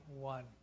one